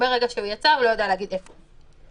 מרגע שהוא יצא, הוא לא יודע להגיד איפה הוא.